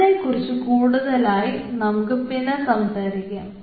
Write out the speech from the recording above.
അതിനെക്കുറിച്ച് കൂടുതലായി നമുക്ക് പിന്നെ സംസാരിക്കാം